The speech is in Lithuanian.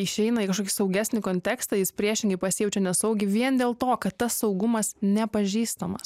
išeina į kažkokį saugesnį kontekstą jis priešingai pasijaučia nesaugiai vien dėl to kad tas saugumas nepažįstamasas